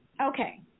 Okay